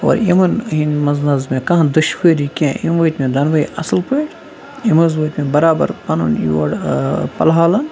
اور یِمَن یِہِنٛدِ منٛز نہ حظ مےٚ کانٛہہ دُشوٲری کینٛہہ یِم وٲتۍ مےٚ دۄنوٕے اَصٕل پٲٹھۍ یِم حظ وٲتۍ مےٚ برابر پَنُن یور پَلہالن